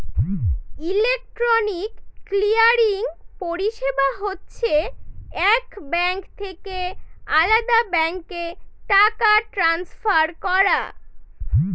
electronic clearing পরিষেবা হচ্ছে এক ব্যাঙ্ক থেকে আলদা ব্যাঙ্কে টাকা ট্রান্সফার করা